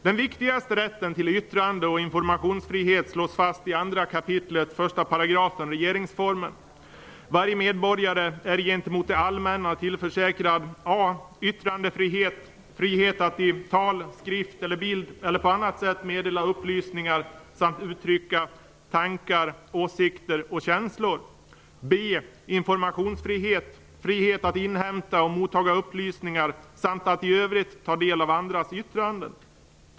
Den viktigaste rätten till yttrande och informationsfrihet slås fast i 2 kap. 1 § regeringsformen: Varje medborgare är gentemot det allmänna tillförsäkrad: 1. yttrandefrihet: frihet att i tal, skrift, bild eller på annat sätt meddela upplysningar samt uttrycka tankar, åsikter och känslor. 2. informationsfrihet: frihet att inhämta och mottaga upplysningar, samt att i övrigt taga del av andras yttranden.